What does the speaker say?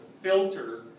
filter